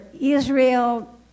Israel